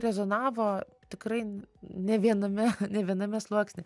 rezonavo tikrai ne viename ne viename sluoksnyje